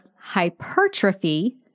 hypertrophy